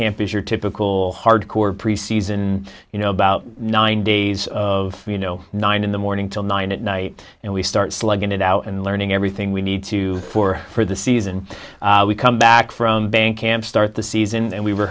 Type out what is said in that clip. camp is your typical hardcore pre season you know about nine days of you know nine in the morning till nine at night and we start slugging it out and learning everything we need to for for the season we come back from bank camp start the season and we were